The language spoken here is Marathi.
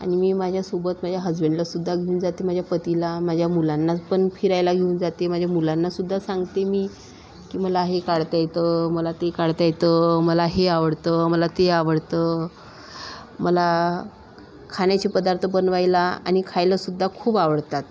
आणि मी माझ्यासोबत माझ्या हजबेंडलासुद्धा घेऊन जाते माझ्या पतीला माझ्या मुलांना पण फिरायला घेऊन जाते माझ्या मुलांनासुद्धा सांगते मी की मला हे काढता येतं मला ते काढता येतं मला हे आवडतं मला ते आवडतं मला खाण्याचे पदार्त बनवायला आणि खायला सुद्धा खूप आवडतात